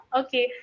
okay